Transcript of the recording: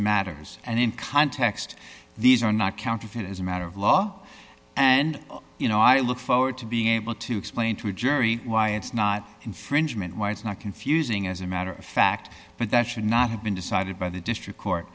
matters and in context these are not counterfeit is a matter of law and you know i look forward to being able to explain to a jury why it's not infringement why it's not confusing as a matter of fact but that should not have been decided by the district court